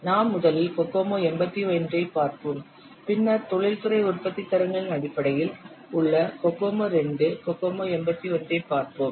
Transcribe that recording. நாம் முதலில் கோகோமோ 81 ஐ பார்ப்போம் பின்னர் தொழில்துறை உற்பத்தித் தரங்களின் அடிப்படையில் உள்ள கோகோமோ II கோகோமோ 81 ஐப் பார்ப்போம்